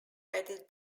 added